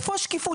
איפה השקיפות?